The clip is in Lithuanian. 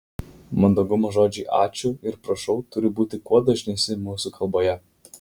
mandagumo žodžiai ačiū ir prašau turi būti kuo dažnesni mūsų kalboje